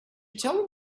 tell